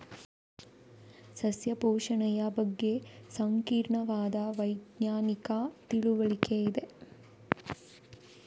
ಸಸ್ಯ ಪೋಷಣೆಯ ಬಗ್ಗೆ ಸಂಕೀರ್ಣವಾದ ವೈಜ್ಞಾನಿಕ ತಿಳುವಳಿಕೆ ಇದೆ